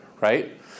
right